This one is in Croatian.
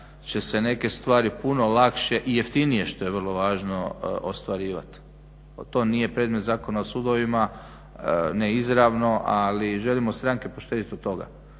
će se neke stvari puno lakše i jeftinije što je vrlo važno ostvarivati. To nije predmet Zakona o sudovima, ne izravno, ali želimo stranke poštedjeti od toga.